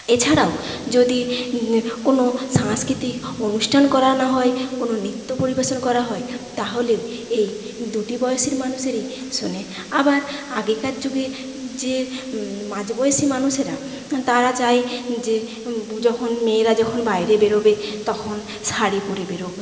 এছাড়াও যদি কোনো সাংস্কৃতিক অনুষ্ঠান করানো হয় কোনো নৃত্য পরিবেশন করা হয় তাহলেও এই দুটি বয়সী মানুষেরাই শোনে আবার আগেকার যুগে যে মাঝবয়সী মানুষেরা তারা চায় যে যখন মেয়েরা যখন বাইরে বেরোবে তখন শাড়ি পরে বেরোক